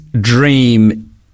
dream